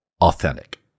authentic